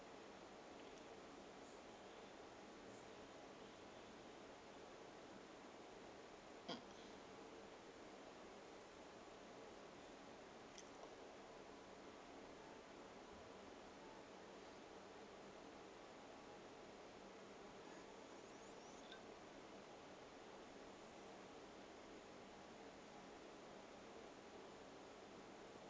mm